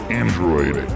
android